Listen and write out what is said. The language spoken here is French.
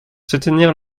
soutenir